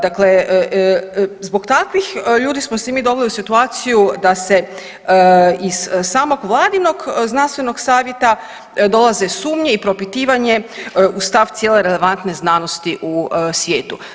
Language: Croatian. Dakle, zbog takvih ljudi smo se mi doveli u situaciju da se iz samog vladinog znanstvenog savjeta dolaze sumnje i propitivanje u stav cijele relevantne znanosti u svijetu.